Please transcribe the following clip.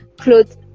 clothes